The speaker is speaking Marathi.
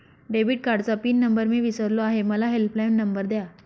डेबिट कार्डचा पिन नंबर मी विसरलो आहे मला हेल्पलाइन नंबर द्या